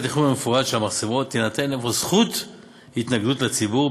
במסגרת התכנון המפורט של המחצבות תינתן אפוא זכות התנגדות לציבור,